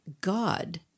God